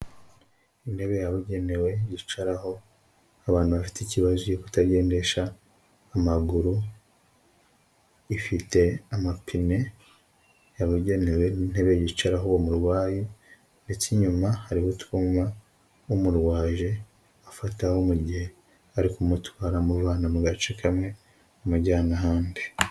Intebe yabugenewe yicaraho abantu bafite ikibazo kutagendesha amaguru, ifite amapine yababugenewe intebe yicararaho uwo murwayi ndetse inyuma hariho utwuma umurwaje afataho mu gihe ari kumutwara amuvana mu gace kamwe amujyana ahandi.